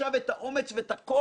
גם מפאת קוצר היריעה,